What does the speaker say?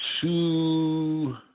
Two